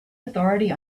authority